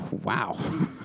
wow